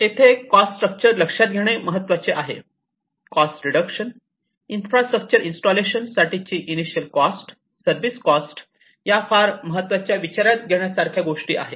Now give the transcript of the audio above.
येथे cost structure लक्षात घेणे महत्त्वाचे आहे कॉस्ट रिडक्शन इन्फ्रास्ट्रक्चर इन्स्टॉलेशन साठीची इनिशियल कॉस्ट सर्विस कॉस्ट या फार महत्त्वाच्या विचारात घेण्यासारख्या गोष्टी आहेत